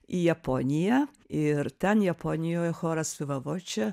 į japoniją ir ten japonijoj choras viva voce